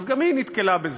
אז גם היא נתקלה בזה.